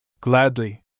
Gladly